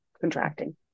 Contracting